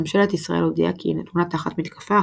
ממשלת ישראל הודיעה כי היא נתונה תחת מתקפה,